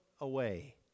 away